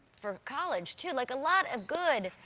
for college too, like a lot of good.